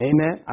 Amen